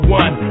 one